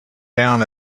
down